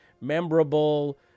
memorable